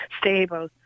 stable